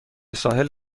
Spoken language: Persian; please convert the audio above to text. ساحل